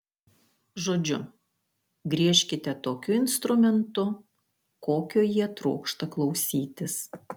žodžiu griežkite tokiu instrumentu kokio jie trokšta klausytis